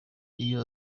iyo